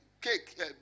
cake